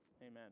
Amen